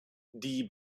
die